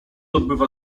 odbywa